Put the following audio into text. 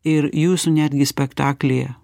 ir jūsų netgi spektaklyje